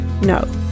no